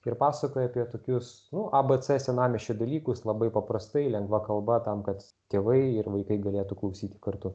ir pasakoja apie tokius nu a b c senamiesčio dalykus labai paprastai lengva kalba tam kad tėvai ir vaikai galėtų klausyti kartu